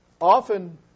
often